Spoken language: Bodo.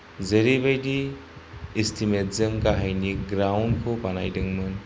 जेरैबायदि इस्टिमेटजों गाहायनि ग्राउन्डखौ बानायदोंमोन